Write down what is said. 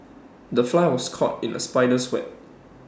the fly was caught in the spider's web